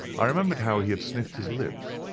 i remembered how he had sniffed his lips,